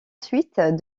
suite